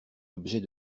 objet